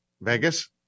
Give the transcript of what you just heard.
Vegas